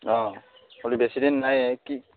অঁ বেছি দিন নাই কি